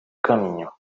caminho